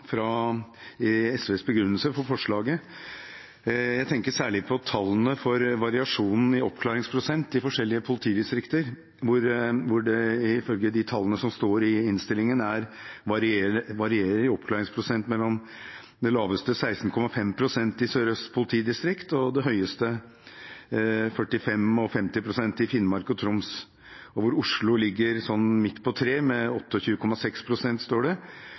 oppklaringsprosent i forskjellige politidistrikter. Oppklaringsprosenten, ifølge de tallene som står i innstillingen, varierer mellom den laveste, 16,5 pst., i Sør-Øst politidistrikt, og de høyeste, 45 pst. og 50 pst., i henholdsvis Finnmark og Troms. Det står at Oslo ligger omtrent midt på